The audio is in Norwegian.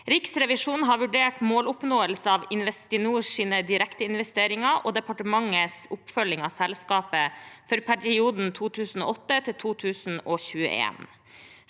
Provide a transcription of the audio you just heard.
Riksrevisjonen har vurdert måloppnåelse av Investinors direkteinvesteringer og departementets oppfølging av selskapet for perioden 2008–2021.